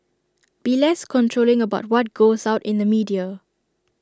be less controlling about what goes out in the media